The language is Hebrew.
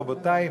רבותי,